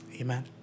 Amen